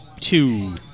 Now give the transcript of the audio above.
Two